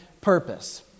purpose